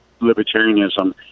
libertarianism